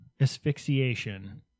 asphyxiation